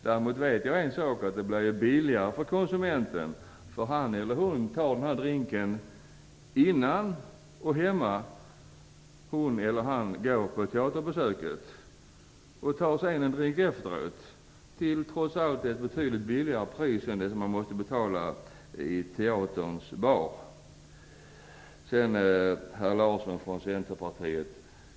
Däremot vet jag att det blir billigare för konsumenten, för han eller hon tar drinken hemma innan hon eller han går på teater. Hon tar sig en drink hemma efteråt till trots allt betydligt lägre pris än det man måste betala i teaterns bar. Sedan till herr Larsson från Centerpartiet.